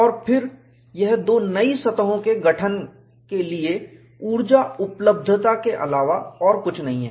और फिर यह 2 नई सतहों के गठन के लिए ऊर्जा उपलब्धता के अलावा और कुछ नहीं है